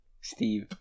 Steve